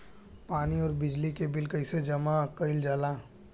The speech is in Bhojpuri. पानी और बिजली के बिल कइसे जमा कइल जाला?